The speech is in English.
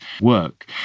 work